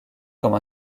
comme